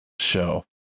show